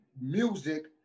music